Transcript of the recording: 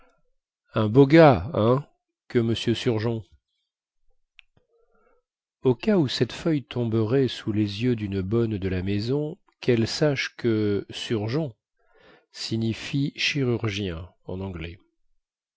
un beau gars hein que m surgeon au cas où cette feuille tomberait sous les yeux dune bonne de la maison quelle sache que surgeon signifie chirurgien en anglais